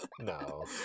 no